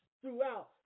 throughout